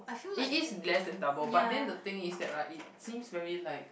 it is less than double but then the thing is that right it seems very like